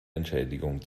entschädigung